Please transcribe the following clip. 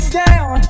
down